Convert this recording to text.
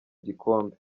igikombe